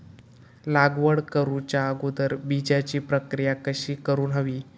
लागवड करूच्या अगोदर बिजाची प्रकिया कशी करून हवी?